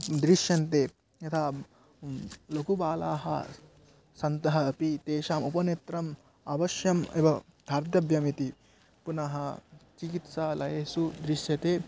दृश्यन्ते यथा लघुबालाः सन्तः अपि तेषाम् उपनेत्रम् अवश्यम् एव धर्तव्यमिति पुनः चिकित्सालयेषु दृश्यते